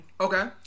Okay